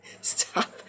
stop